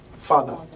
Father